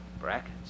brackets